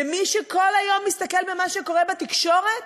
למי שכל היום מסתכל במה שקורה בתקשורת?